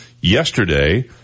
yesterday